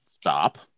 stop